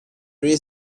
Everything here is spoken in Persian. روی